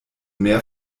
mehr